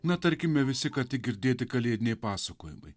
na tarkime visi ką tik girdėti kalėdiniai pasakojimai